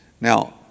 Now